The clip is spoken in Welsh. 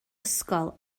ysgol